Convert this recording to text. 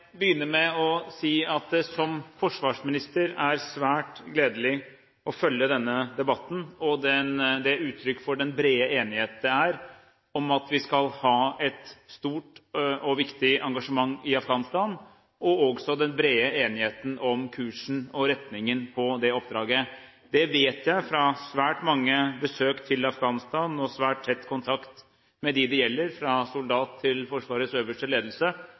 det svært gledelig å følge denne debatten og det uttrykk for den brede enigheten det er om at vi skal ha et stort og viktig engasjement i Afghanistan. Det er også bred enighet om kursen og retningen på oppdraget. Det vet jeg, fra svært mange besøk til Afghanistan og svært tett kontakt med dem det gjelder, fra soldat til Forsvarets øverste ledelse,